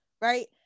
right